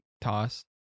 toss